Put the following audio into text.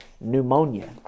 pneumonia